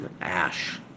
ash